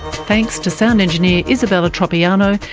thanks to sound engineer isabella tropiano,